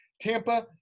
Tampa